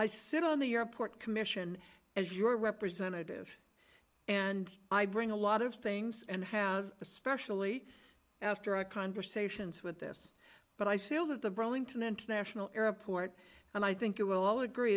i sit on the airport commission as your representative and i bring a lot of things and have especially after our conversations with this but i feel that the burlington international airport and i think it will all agree